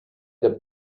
that